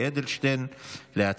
נעבור לסעיף הבא על סדר-היום,